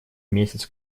месяц